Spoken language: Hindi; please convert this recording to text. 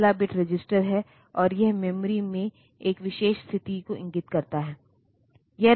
तो यह भी एक 16 बिट रजिस्टर है और यह मेमोरी में एक विशेष स्थिति को इंगित करता है